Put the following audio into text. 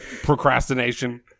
procrastination